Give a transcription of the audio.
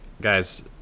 guys